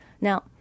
Now